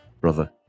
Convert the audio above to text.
brother